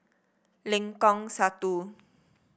Lengkong Satu